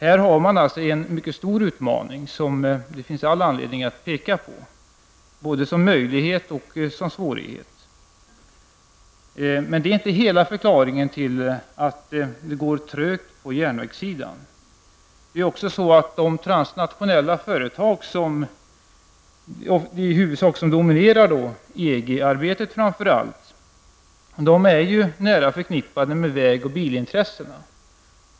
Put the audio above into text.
Häri ligger också en mycket stor utmaning som det finns all anledning att peka på, både som möjlighet och som svårighet. Men det är inte hela förklaringen till att det går trögt på järnvägssidan. De transnationella företag som i huvudsak dominerar EG-arbetet är nära förknippade med väg och bilintressena.